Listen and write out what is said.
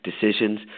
decisions